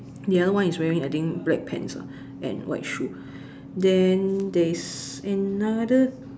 the other one is wearing I think black pants ah and white shoes then there's another